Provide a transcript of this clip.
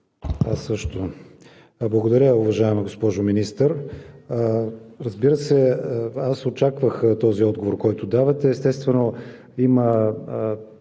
Аз също. Благодаря, уважаема госпожо Министър. Разбира се, очаквах този отговор, който давате. Естествено, има